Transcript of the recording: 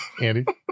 Andy